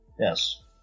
Yes